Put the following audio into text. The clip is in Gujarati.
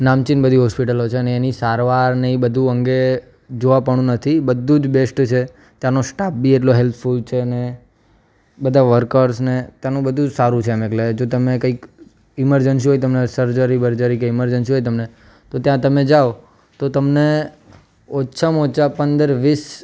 નામચીન બધી હોસ્પટલો છે ને અને એની સારવારને એ બધું અંગે જોવાપણું નથી બધું જ બેસ્ટ છે ત્યાંનો સ્ટાફ બી એટલો હેલ્પફુલ છે અને બધા વર્કર્સ ને ત્યાંનું બધું જ સારું છે એમ એટલે જો તમે કંઇક ઇમરજન્સી હોય તમને સર્જરી બર્જરી કે ઇમરજન્સી હોય તમને તો ત્યાં તમે જાઓ તો તમને ઓછામાં ઓછા પંદર વીસ